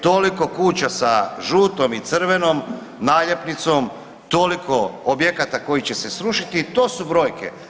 Toliko kuća sa žutom i crvenom naljepnicom, toliko objekata koji će se srušiti i to su brojke.